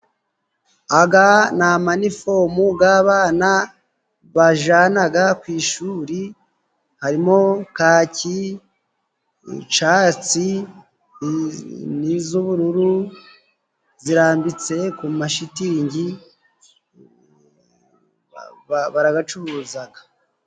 Aga ni amanifomu g'abana bajyanaga ku ishuli harimo: kaki, icatsi n' izubururu zirambitse ku mashitingi baragacuruzaga.